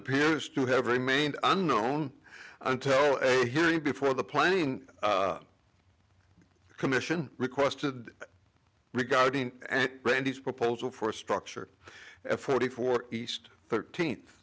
appears to have remained unknown until hearing before the planning commission requested regarding brandy's proposal for structure and forty four east thirteenth